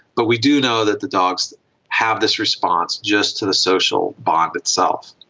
but we do know that the dogs have this response just to the social bond itself.